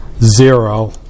zero